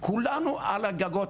כולנו על הגגות,